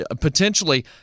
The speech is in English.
potentially